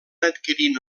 adquirir